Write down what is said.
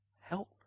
help